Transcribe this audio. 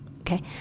okay